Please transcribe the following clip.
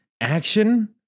action